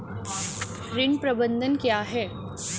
ऋण प्रबंधन क्या है?